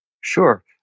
Sure